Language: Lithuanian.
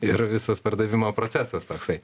ir visas pardavimo procesas toksai